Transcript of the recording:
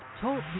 Talk